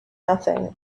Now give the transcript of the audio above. nothing